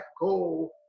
goal